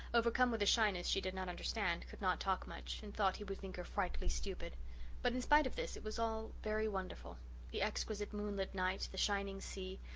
overcome with a shyness she did not understand, could not talk much, and thought he would think her frightfully stupid but in spite of this it was all very wonderful the exquisite moonlit night, the shining sea,